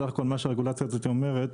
הרגולציה הזאת אומרת,